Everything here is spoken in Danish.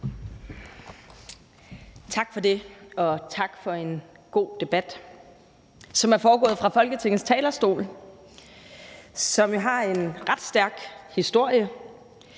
Tak for det, og tak for en god debat, som er foregået fra Folketingets talerstol, som jo har en ret stærk historie,